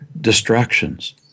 distractions